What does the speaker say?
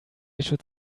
should